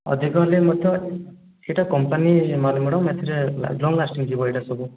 ଅଧିକ ହେଲେ ମଧ୍ୟ ସେଇଟା କମ୍ପାନୀ ମାଲ ମ୍ୟାଡ଼ମ ଏଥିରେ ଲଙ୍ଗ ଲାସ୍ଟିଂ ଯିବ ଏଇଟା ସବୁ